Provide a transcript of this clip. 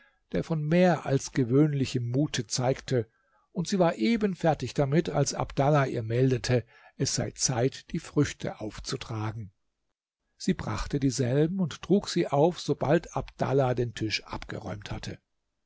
der von mehr als gewöhnlichem mute zeigte und sie war eben fertig damit als abdallah ihr meldete es sei zeit die früchte aufzutragen sie brachte dieselben und trug sie auf sobald abdallah den tisch abgeräumt hatte